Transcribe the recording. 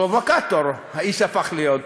פרובוקטור, האיש הפך להיות.